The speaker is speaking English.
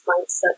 mindset